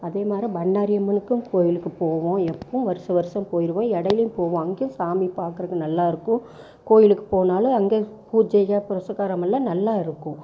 அதே மாரி பண்ணாரி அம்மனுக்கும் கோயிலுக்கும் போவோம் எப்போவும் வருஷம் வருஷம் போயிருவோம் இடைலியும் போவோம் அங்கேயும் சாமி பார்க்கறதுக்கு நல்லா இருக்கும் கோயிலுக்கு போனாலும் அங்கே பூஜைகள் பிரஸ்ஸுக்காரம் எல்லாம் நல்லா இருக்கும்